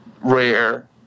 rare